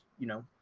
you know,